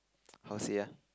how to say ah